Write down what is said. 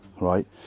right